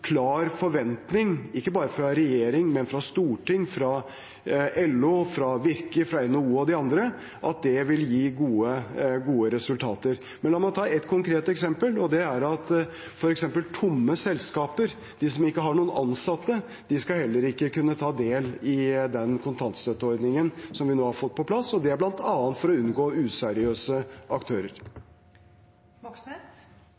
klar forventning, ikke bare fra regjeringen, men også fra Stortinget, fra LO, fra Virke, fra NHO og fra de andre, vil gi gode resultater. Men la meg ta ett konkret eksempel, og det er at f.eks. tomme selskaper, de som ikke har noen ansatte, heller ikke skal kunne ta del i den kontantstøtteordningen som vi nå har fått på plass. Det er bl.a. for å unngå useriøse